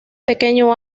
pequeño